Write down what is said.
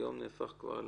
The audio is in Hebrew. היום כבר נהפך ל...